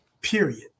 period